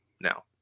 now